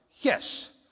Yes